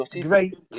great